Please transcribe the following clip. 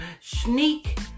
sneak